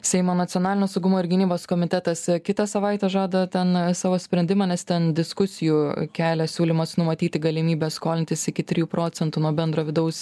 seimo nacionalinio saugumo ir gynybos komitetas kitą savaitę žada ten savo sprendimą nes ten diskusijų kelia siūlymas numatyti galimybę skolintis iki trijų procentų nuo bendro vidaus